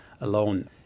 alone